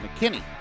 McKinney